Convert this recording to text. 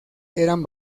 eran